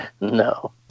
No